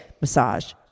massage